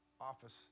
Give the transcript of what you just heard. office